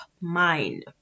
mind